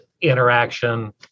interaction